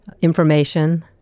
information